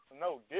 no